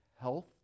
health